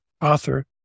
author